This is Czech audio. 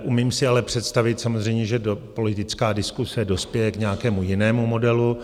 Umím si ale představit samozřejmě, že politická diskuse dospěje k nějakému jinému modelu.